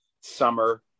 summer